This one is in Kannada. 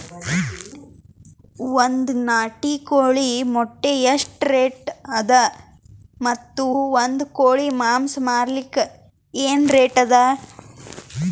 ಒಂದ್ ನಾಟಿ ಕೋಳಿ ಮೊಟ್ಟೆ ಎಷ್ಟ ರೇಟ್ ಅದ ಮತ್ತು ಒಂದ್ ಕೋಳಿ ಮಾಂಸ ಮಾರಲಿಕ ಏನ ರೇಟ್ ಅದ?